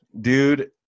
dude